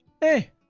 hey